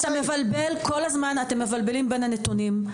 אתה מבלבל כל הזמן בין הנתונים.